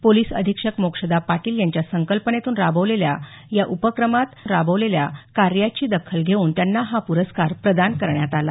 police अधीक्षक मोक्षदा पाटील यांच्या संकल्पनेतून राबवलेल्या या उपक्रमात राबवलेल्या कार्याची दखल घेवून त्यांना हा पुरस्कार प्रदान करण्यात आला